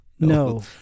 No